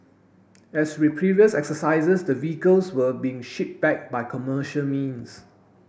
as with previous exercises the vehicles were being shipped back by commercial means